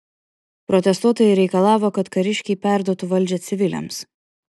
protestuotojai reikalavo kad kariškiai perduotų valdžią civiliams